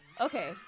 Okay